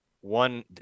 one